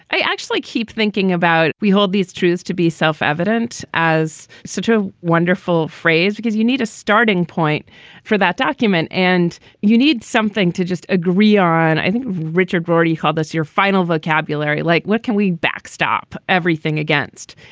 i actually keep thinking about we hold these truths to be self-evident as such a wonderful phrase because you need a starting point for that document and you need something to just agree on. i think richard rorty called us your final vocabulary. like what can we backstop everything against?